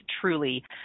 truly